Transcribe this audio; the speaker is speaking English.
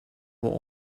will